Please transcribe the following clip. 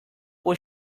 was